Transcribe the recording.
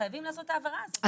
חייבים לעשות את ההבהרה הזאת.